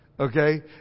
Okay